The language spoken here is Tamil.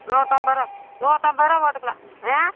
நூற்றம்பது ரூபா நூற்றம்பது ரூபா போட்டுக்கலாம் ஆ